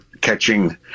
catching